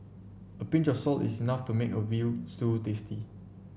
a pinch of salt is enough to make a veal tasty